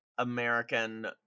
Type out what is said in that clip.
american